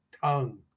tongue